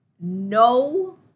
no